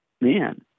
man